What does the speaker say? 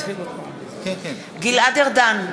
נגד גלעד ארדן,